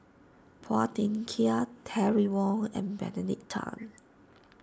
Phua Thin Kiay Terry Wong and Benedict Tan